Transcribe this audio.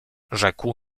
rzekł